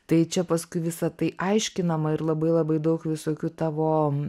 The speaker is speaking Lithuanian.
tai čia paskui visa tai aiškinama ir labai labai daug visokių tavo